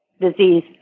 disease